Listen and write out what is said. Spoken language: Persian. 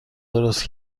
درست